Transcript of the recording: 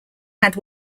had